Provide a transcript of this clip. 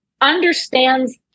understands